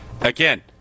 Again